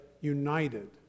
united